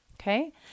Okay